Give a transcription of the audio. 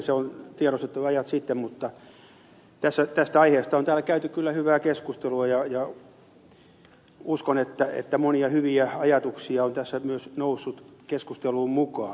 ne on tiedostettu ajat sitten mutta tästä aiheesta on täällä käyty kyllä hyvää keskustelua ja uskon että monia hyviä ajatuksia on tässä myös noussut keskusteluun mukaan